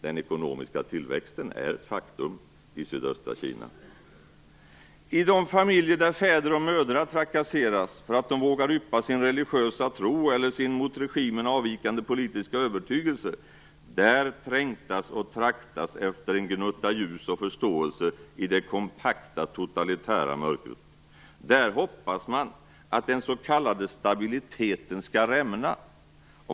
Den ekonomiska tillväxten är ju ett faktum i sydöstra Kina. I de familjer där fäder och mödrar trakasseras därför att de vågar yppa sin religiösa tro eller sin mot regimen avvikande politiska övertygelse trängtas och traktas det efter en gnutta ljus och förståelse i det kompakta totalitära mörkret. Där hoppas man att den s.k. stabiliteten skall rämna.